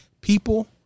people